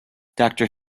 doctor